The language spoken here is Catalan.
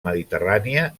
mediterrània